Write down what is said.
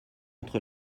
entre